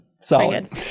solid